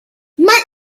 mae